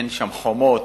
אין שם חומות,